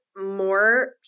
more